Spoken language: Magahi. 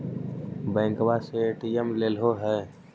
बैंकवा से ए.टी.एम लेलहो है?